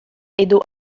edo